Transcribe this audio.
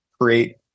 create